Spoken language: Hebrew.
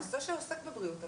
זה שעוסק בבריאות הנפש.